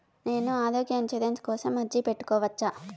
నేను ఆరోగ్య ఇన్సూరెన్సు కోసం అర్జీ పెట్టుకోవచ్చా?